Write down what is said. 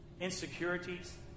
insecurities